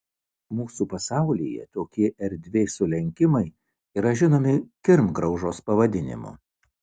mūsų pasaulyje tokie erdvės sulenkimai yra žinomi kirmgraužos pavadinimu